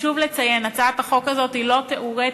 חשוב לציין, הצעת החוק הזאת היא לא תיאורטית